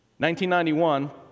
1991